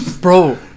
bro